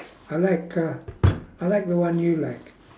I like uh I like the one you like